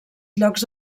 llocs